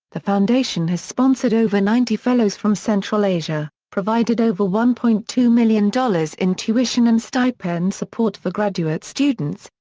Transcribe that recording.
the foundation has sponsored over ninety fellows from central asia, provided over one point two million dollars in tuition and stipend support for graduate students,